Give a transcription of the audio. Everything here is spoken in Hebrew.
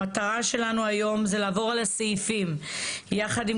המטרה שלנו היום זה לעבור על הסעיפים יחד עם